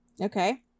Okay